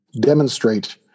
demonstrate